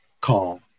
call